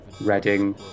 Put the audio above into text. Reading